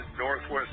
Northwest